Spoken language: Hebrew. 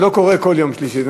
זה לא קורה כל יום שלישי.